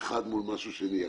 אחד מול משהו שני.